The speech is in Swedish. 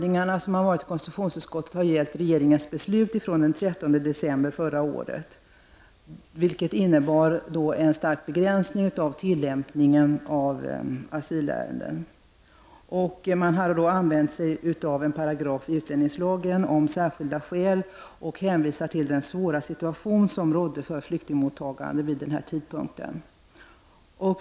En av de frågor konstitutionsutskottet har granskat är regeringens beslut från den 13 december förra året. Detta beslut innebar en stark begränsning i fråga om behandlingen av asylärenden. Regeringen använde sig av en paragraf i utlänningslagen om särskilda skäl och hänvisade till den vid den tidpunkten besvärliga situationen när det gäller flyktingmottagande.